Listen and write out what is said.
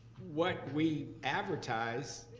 what we advertise,